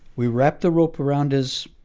we wrapped the rope around his,